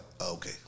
Okay